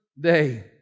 day